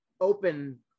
open